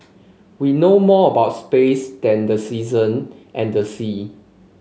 we know more about space than the season and the sea